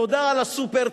תודה על ה"סופר-טנקר",